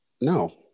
No